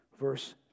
verse